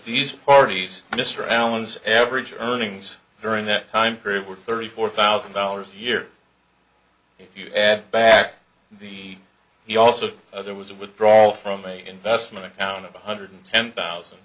these parties mr allen's average earnings during that time period were thirty four thousand dollars a year if you add back the he also there was a withdrawal from a investment account of one hundred ten thousand